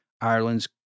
Ireland's